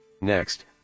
Next